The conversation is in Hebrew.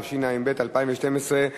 התשע"ב 2012,